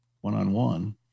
one-on-one